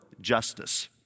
justice